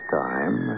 time